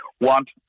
want